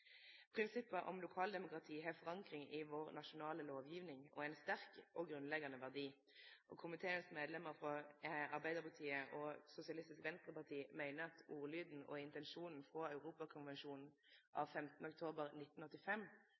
Prinsippet om lokaldemokrati har forankring i vår nasjonale lovgjeving og er ein sterk og grunnleggjande verdi. Komiteens medlemmer frå Arbeidarpartiet og Sosialistisk Venstreparti meiner at ordlyden og intensjonen frå Europakonvensjonen av 15. oktober 1985